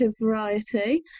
variety